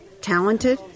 talented